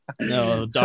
No